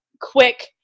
quick